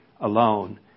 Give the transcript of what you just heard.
alone